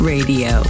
Radio